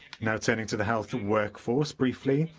you know turning to the health workforce briefly,